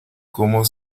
cómo